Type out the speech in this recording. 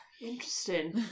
interesting